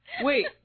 Wait